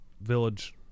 village